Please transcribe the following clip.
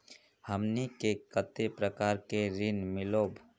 हमनी के कते प्रकार के ऋण मीलोब?